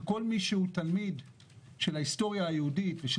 כל מי שהוא תלמיד של ההיסטוריה היהודית ושל